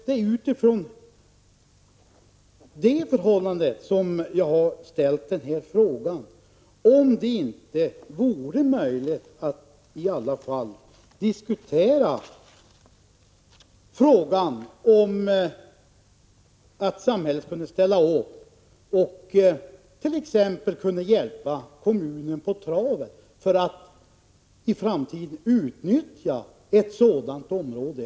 Det är med den utgångspunkten jag har ställt frågan om det inte vore möjligt att diskutera huruvida samhället bör ställa upp och hjälpa kommunen på traven, så att den i framtiden kan utnyttja området.